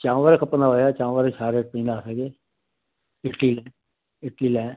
चांवर खपंदा हुया चांवर इडली इडली लाइ